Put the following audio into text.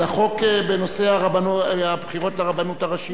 לחוק בנושא הבחירות לרבנות הראשית.